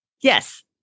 Yes